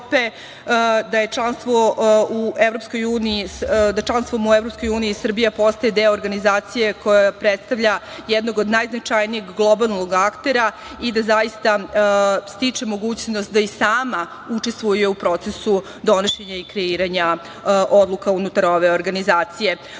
da članstvom u EU Srbija postaje deo organizacije koja predstavlja jednog od najznačajnijeg globalnog aktera i da zaista stiče mogućnost da i sama učestvuje u procesu donošenja i kreiranja odluka unutar ove organizacije. Zaista,